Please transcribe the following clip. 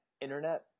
Internet